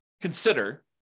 consider